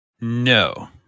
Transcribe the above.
No